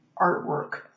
artwork